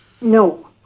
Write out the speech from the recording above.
No